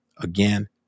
Again